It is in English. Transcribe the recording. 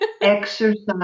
Exercise